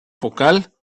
focal